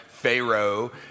Pharaoh